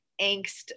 angst